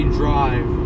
drive